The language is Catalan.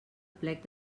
plec